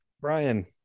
Brian